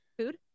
Food